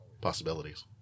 possibilities